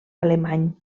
alemany